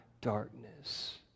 darkness